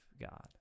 God